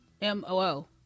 M-O-O